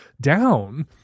down